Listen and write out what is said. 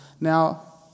Now